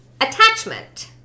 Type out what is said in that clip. attachment